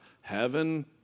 heaven